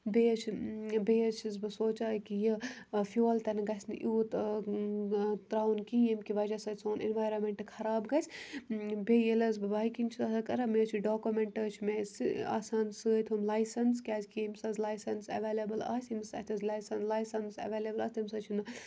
بیٚیہِ حظ چھِ بیٚیہِ حظ چھَس بہٕ سونٛچان کہِ یہِ فیول تہِ نہٕ گژھِ نہٕ ایوٗت ترٛاوُن کِہیٖنۍ ییٚمۍ کہِ وجہ سۭتۍ سون اٮ۪نوارَمٮ۪نٛٹ خراب گژھِ بیٚیہِ ییٚلہِ حظ بہٕ بایکِنٛگ چھَس آسان کَران مےٚ حظ چھِ ڈاکومٮ۪نٛٹ حظ چھِ مےٚ آسان سۭتۍ تِم لایسٮ۪نٕس کیٛازِکہِ ییٚمِس حظ لایسٮ۪نٕس اٮ۪ویلیبٕل آسہِ ییٚمِس اَتھِ حظ لایسَن لایسٮ۪نٕس اٮ۪ویلیبٕل آسہِ تٔمِس حظ چھُنہٕ